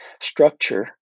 structure